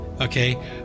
Okay